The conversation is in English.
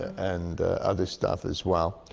and other stuff as well.